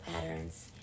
patterns